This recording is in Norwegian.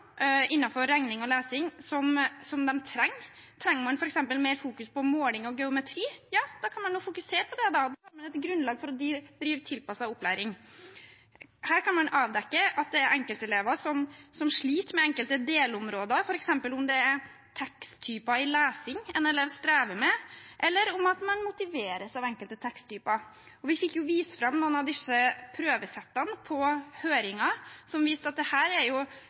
regning og lesing som de trenger. Trenger man f.eks. mer fokus på måling og geometri, ja, da kan man fokusere på det, da har man et grunnlag for å drive tilpasset opplæring. Her kan man avdekke om det er enkeltelever som sliter med enkelte delområder, f.eks. om det er teksttyper i lesing en elev strever med, eller om man motiveres av enkelte teksttyper. Vi fikk vist fram noen av disse prøvesettene i høringen, og det viste seg at dette er prøver som virkelig ligger tett opp til det